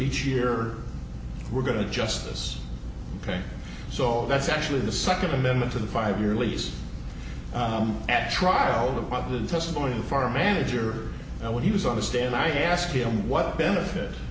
each year we're going to justice ok so that's actually the second amendment to the five year lease at trial of the testimony of farm manager and when he was on the stand i asked him what benefit